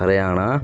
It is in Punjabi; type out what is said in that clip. ਹਰਿਆਣਾ